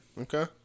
Okay